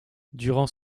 durant